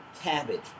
cabbage